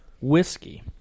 Whiskey